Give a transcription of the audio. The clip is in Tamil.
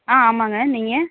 ஆ ஆமாங்க நீங்கள்